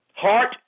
Heart